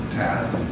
task